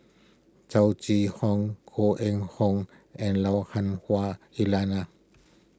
Chow Chee Hong Koh Eng Hoon and Lui Han Hwah Elena